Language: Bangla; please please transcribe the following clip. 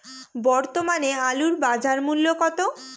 বর্তমানে আলুর বাজার মূল্য কত?